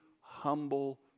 humble